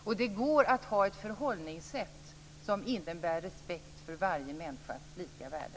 Och det går att ha ett förhållningssätt som innebär respekt för varje människas lika värde.